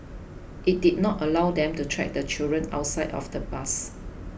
it did not allow them to track the children outside of the bus